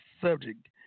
subject